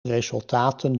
resultaten